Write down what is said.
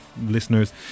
listeners